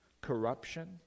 corruption